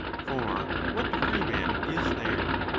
for what freeman is there,